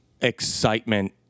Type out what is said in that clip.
excitement